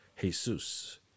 Jesus